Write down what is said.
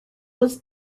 was